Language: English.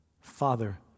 Father